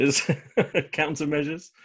countermeasures